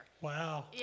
Wow